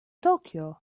طوكيو